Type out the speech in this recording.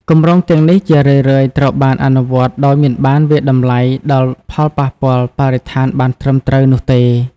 គម្រោងទាំងនេះជារឿយៗត្រូវបានអនុវត្តដោយមិនបានវាយតម្លៃដល់ផលប៉ះពាល់បរិស្ថានបានត្រឹមត្រូវនោះទេ។